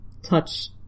Touch